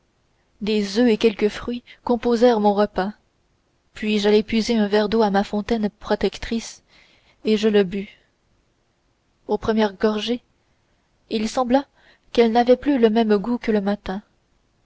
deux oeufs et quelques fruits composèrent mon repas puis j'allai puiser un verre d'eau à ma fontaine protectrice et je le bus aux premières gorgées il me sembla qu'elle n'avait plus le même goût que le matin